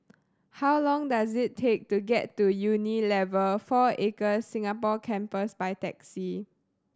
how long does it take to get to Unilever Four Acres Singapore Campus by taxi